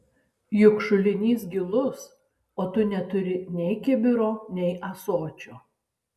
juk šulinys gilus o tu neturi nei kibiro nei ąsočio